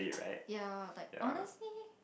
ya but honestly